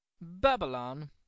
babylon